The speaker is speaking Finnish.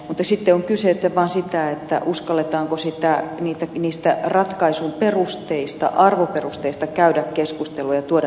mutta sitten on kyse vaan siitä uskalletaanko niistä ratkaisun perusteista arvoperusteista käydä keskusteluja ja tuoda niitä esiin